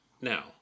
Now